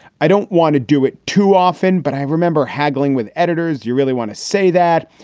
i don't want to do it too often, but i remember haggling with editors. you really want to say that?